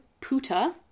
Puta